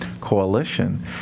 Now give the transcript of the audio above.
Coalition